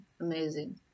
amazing